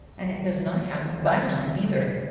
and it does not have a by-line either.